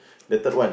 the third one